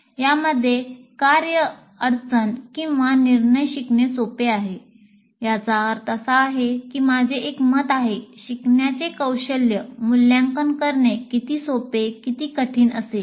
यामध्ये कार्य अडचण किंवा निर्णय शिकणे सोपे आहे याचा अर्थ असा आहे की माझे एक मत आहे शिकण्याचे कौशल्य मूल्यांकन करणे किती सोपे किंवा कठीण असेल